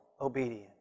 obedience